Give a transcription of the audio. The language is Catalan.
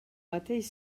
mateix